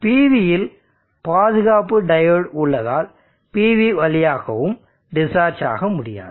PV இல் பாதுகாப்பு diode உள்ளதால் PV வழியாகவும் டிஸ்சார்ஜ் ஆக முடியாது